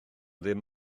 ddim